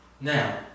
Now